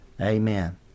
Amen